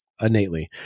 innately